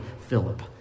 Philip